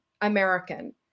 American